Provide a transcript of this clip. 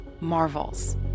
Marvels